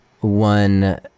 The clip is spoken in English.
one